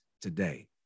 today